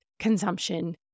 consumption